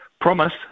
promise